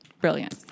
Brilliant